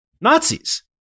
Nazis